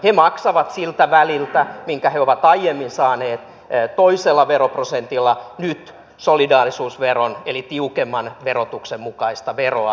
he maksavat siltä väliltä minkä he ovat aiemmin saaneet toisella veroprosentilla nyt solidaarisuusveron eli tiukemman verotuksen mukaista veroa